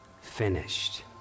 finished